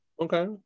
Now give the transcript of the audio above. Okay